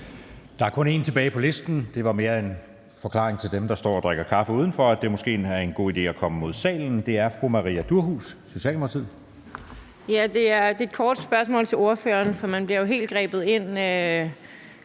Der er kun én tilbage på listen. Det er mere en forklaring til dem, der står og drikker kaffe udenfor, altså at det måske er en god idé at gå mod salen. Det er fru Maria Durhuus, Socialdemokratiet. Kl. 13:28 Maria Durhuus (S): Det er et kort spørgsmål til ordføreren, for man bliver jo helt grebet, når